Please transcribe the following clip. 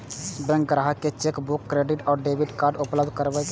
bank ग्राहक कें chequebook, credit आ डेबिट कार्ड उपलब्ध करबै छै